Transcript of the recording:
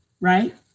right